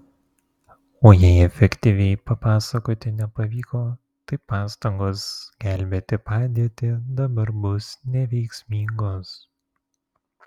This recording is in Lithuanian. o jei efektyviai papasakoti nepavyko tai pastangos gelbėti padėtį dabar bus neveiksmingos